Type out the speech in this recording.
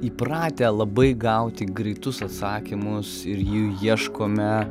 įpratę labai gauti greitus atsakymus ir jų ieškome